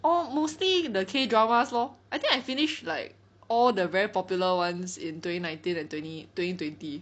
all mostly the K dramas lor I think I finish like all the very popular ones in twenty nineteen and twenty twenty twenty